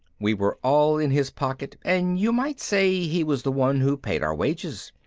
we were all in his pocket and you might say he was the one who paid our wages.